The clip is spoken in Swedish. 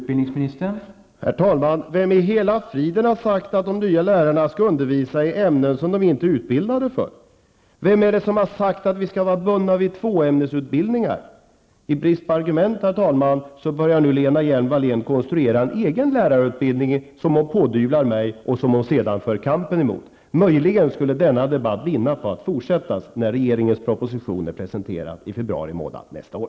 Herr talman! Vem i hela friden har sagt att de nya lärarna skall undervisa i ämnen som de inte är utbildade i? Vem har sagt att man skall vara bunden vid tvåämnesutbildningar? I brist på argument, herr talman, börjar nu Lena Hjelm-Wallén konstruera en egen lärarutbildning, som hon pådyvlar mig och sedan för kampen mot. Möjligen skulle denna debatt vinna på att fortsätta när regeringens proposition har presenterats i februari månad nästa år.